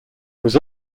was